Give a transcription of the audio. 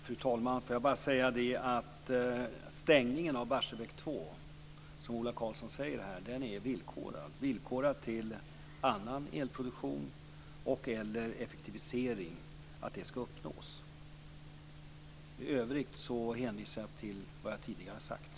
Fru talman! Låt mig bara säga att stängningen av Barsebäck 2 är villkorad till annan elproduktion och/eller till att effektiviseringar skall uppnås, precis som Ola Karlsson säger. I övrigt hänvisar jag till vad jag tidigare har sagt.